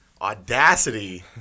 Audacity